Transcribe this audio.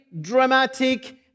dramatic